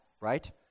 right